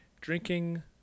drinking